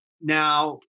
Now